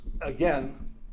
again